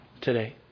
today